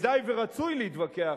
וכדאי ורצוי להתווכח.